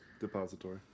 Depository